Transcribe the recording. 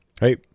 hey